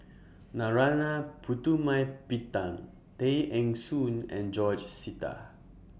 Narana Putumaippittan Tay Eng Soon and George Sita